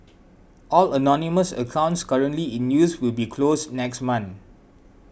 all anonymous accounts currently in use will be closed next month